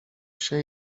się